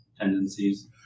tendencies